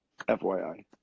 FYI